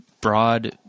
broad